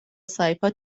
سایپا